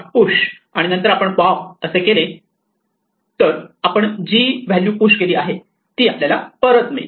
push आणि नंतर आपण पॉप असे केले तर आपण जी व्हॅल्यू पुश केली आहे ती आपल्याला परत मिळते